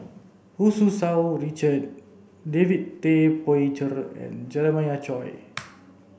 Hu Tsu Tau Richard David Tay Poey Cher and Jeremiah Choy